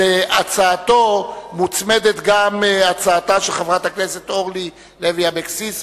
להצעתו מוצמדת גם הצעתה של חברת הכנסת אורלי לוי אבקסיס,